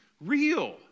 real